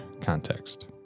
Context